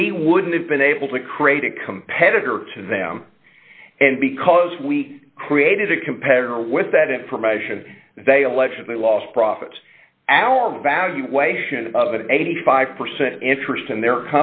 we wouldn't have been able to create a competitor to them and because we created a competitor with that information they allegedly lost profit our valuation of an eighty five percent interest in their